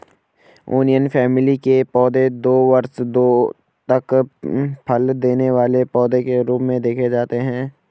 onion family के पौधे दो वर्ष तक फल देने वाले पौधे के रूप में देखे जाते हैं